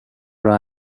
راه